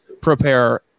prepare